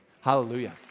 Hallelujah